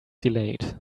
delayed